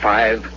Five